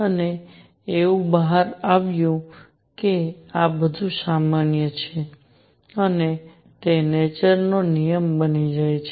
અને એવું બહાર આવ્યું છે કે આ વધુ સામાન્ય છે અને તે નેચર નો નિયમ બની જાય છે